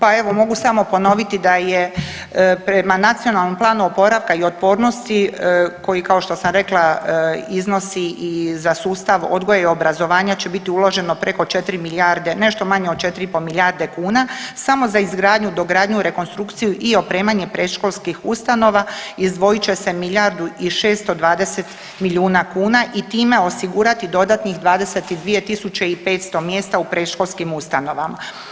Pa evo mogu samo ponoviti da je prema Nacionalnom planu oporavka i otpornosti koji kao što sam rekla iznosi i za sustav odgoja i obrazovanja će biti uloženo preko 4 milijarde, nešto manje od 4,5 milijarde kuna, samo za izgradnju, dogradnju, rekonstrukciju i opremanje predškolskih ustanova izdvojit će se milijardu i 620 milijuna kuna i time osigurati dodatnih 22 500 mjesta u predškolskim ustanovama.